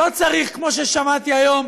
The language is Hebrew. לא צריך, כמו ששמעתי היום,